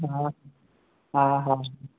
हा हा हा